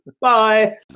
Bye